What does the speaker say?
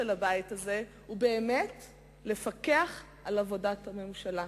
הבית הזה הוא באמת לפקח על עבודת הממשלה.